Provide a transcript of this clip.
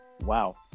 Wow